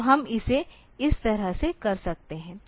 तो हम इसे इस तरह से कर सकते हैं